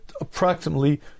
approximately